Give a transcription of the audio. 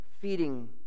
feeding